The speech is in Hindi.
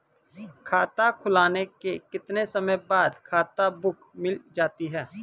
खाता खुलने के कितने समय बाद खाता बुक मिल जाती है?